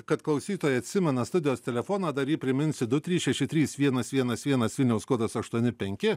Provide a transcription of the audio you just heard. kad klausytojai atsimena studijos telefoną dar jį priminsiu du trys šeši trys vienas vienas vienas vilniaus kodas aštuoni penki